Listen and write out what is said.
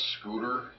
scooter